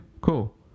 Cool